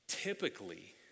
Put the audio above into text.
Typically